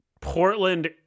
Portland